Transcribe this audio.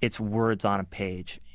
it's words on a page.